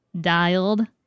dialed